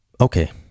Okay